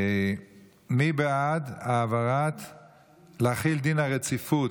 מי בעד להחיל דין רציפות,